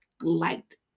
liked